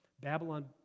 Babylon